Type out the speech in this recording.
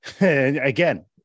Again